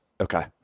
Okay